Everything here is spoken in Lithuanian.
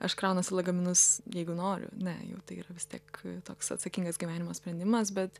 aš kraunuosi lagaminus jeigu noriu ne jau tai yra vis tiek toks atsakingas gyvenimo sprendimas bet